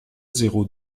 zéro